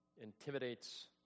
intimidates